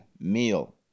meal